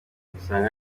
urasanga